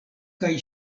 kaj